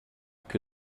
que